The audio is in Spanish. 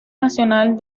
nacional